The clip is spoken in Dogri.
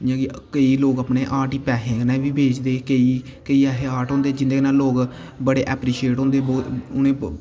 ते केईं लोग अपने आर्ट गी पैसे कन्नै बी बेचदे केईं ऐसे आर्ट होंदे जिंदे कन्नै लोग एप्रीशेट होंदे बड़े लोग